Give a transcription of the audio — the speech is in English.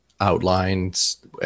outlines